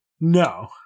No